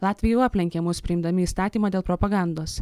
latviai jau aplenkė mus priimdami įstatymą dėl propagandos